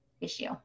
issue